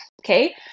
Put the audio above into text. Okay